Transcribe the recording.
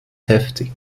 heftig